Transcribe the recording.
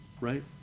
Right